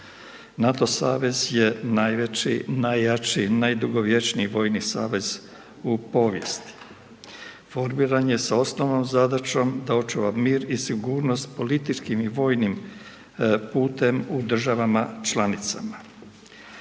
NATO savez je najveći, najjači, najdugovječniji vojni savez u povijesti. Formiran je sa osnovnom zadaćom da očuva mir i sigurnost političkim i vojnim putem u državama članicama.